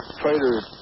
traitors